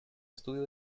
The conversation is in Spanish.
estudio